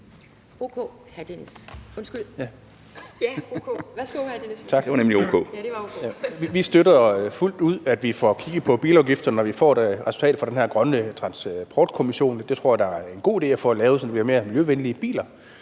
Vi støtter fuldt ud, at vi får kigget på bilafgifterne, når vi får resultatet fra den her grønne transportkommission. Jeg tror, at det en god idé at få det lavet sådan, at det bliver mere miljøvenlige biler.